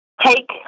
Take